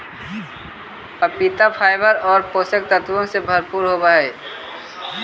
पपीता फाइबर और पोषक तत्वों से भरपूर होवअ हई